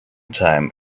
time